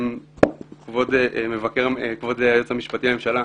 כבוד היועץ המשפטי לממשלה,